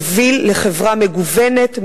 יוביל לחברה מגוונת,